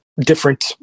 different